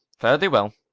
fare thee well.